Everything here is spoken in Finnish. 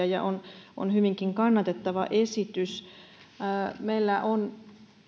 ja on on hyvinkin kannatettava esitys meillä on